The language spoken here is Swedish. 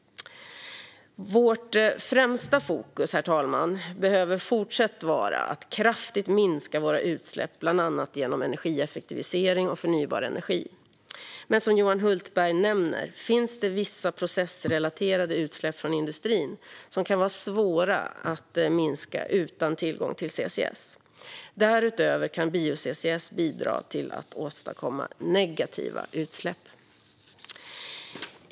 Herr talman! Vårt främsta fokus behöver fortsätta att vara att kraftigt minska våra utsläpp genom bland annat energieffektivisering och förnybar energi. Men som Johan Hultberg nämner finns det vissa processrelaterade utsläpp från industrin som kan vara svåra att minska utan tillgång till CCS. Därutöver kan bio-CCS bidra till att åstadkomma negativa utsläpp.